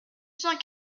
cent